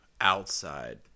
outside